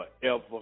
forever